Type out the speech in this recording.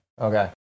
Okay